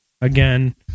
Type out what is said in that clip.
Again